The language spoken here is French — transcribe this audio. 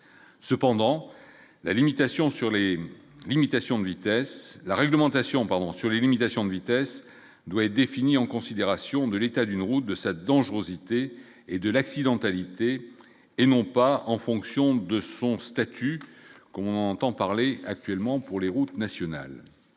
vitesse, la réglementation, pardon, sur les limitations de vitesse doit être défini en considération de l'état d'une roue de sa dangerosité et de l'accidentalité et non pas en fonction de son statut qu'on entend parler actuellement pour les routes nationales.